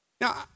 Now